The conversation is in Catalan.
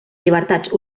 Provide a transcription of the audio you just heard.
llibertats